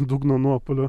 dugno nuopuolio